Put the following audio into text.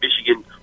Michigan